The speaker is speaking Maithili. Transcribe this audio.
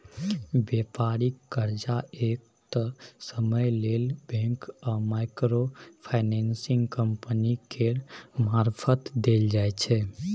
बेपारिक कर्जा एक तय समय लेल बैंक आ माइक्रो फाइनेंसिंग कंपनी केर मारफत देल जाइ छै